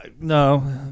No